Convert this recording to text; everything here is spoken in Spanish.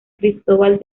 cristóbal